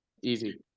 easy